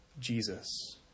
Jesus